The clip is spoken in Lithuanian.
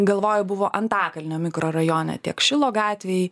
galvoju buvo antakalnio mikrorajone tiek šilo gatvėj